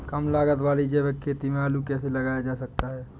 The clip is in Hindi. कम लागत वाली जैविक खेती में आलू कैसे लगाया जा सकता है?